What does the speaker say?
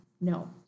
No